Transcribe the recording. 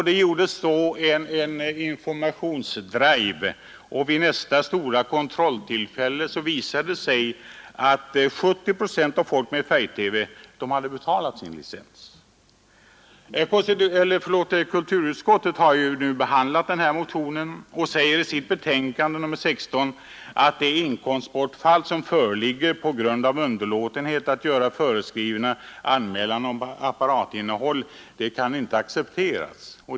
Det gjordes då en informationsdrive, och vid nästa stora kontroll visade det sig att 70 procent av dem som hade färg-TV också hade betalat sin licens. Kulturutskottet har nu behandlat motionen och säger i sitt betänkande nr 16 att det inkomstbortfall som föreligger på grund av underlåtenhet att göra föreskriven anmälan om apparatinnehav inte kan accepteras.